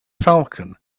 falcon